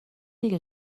دیگه